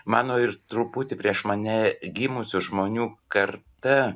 mano ir truputį prieš mane gimusių žmonių karta